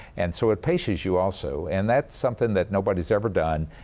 and so it paces you also. and that's something that nobody has ever done.